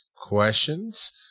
questions